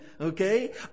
okay